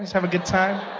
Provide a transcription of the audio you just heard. have a good time.